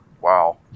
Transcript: Wow